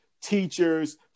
teachers